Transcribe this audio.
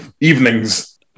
evenings